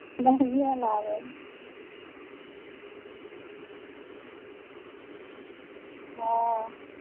नहिए लागल हँ